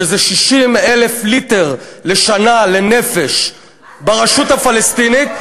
שזה 60,000 ליטר לשנה לנפש ברשות הפלסטינית.